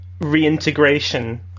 reintegration